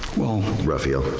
well, raphael.